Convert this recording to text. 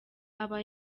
aba